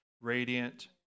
radiant